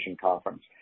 conference